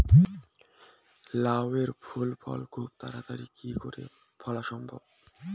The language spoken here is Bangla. লাউ এর ফল খুব তাড়াতাড়ি কি করে ফলা সম্ভব?